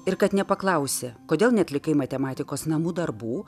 ir kad nepaklausia kodėl neatlikai matematikos namų darbų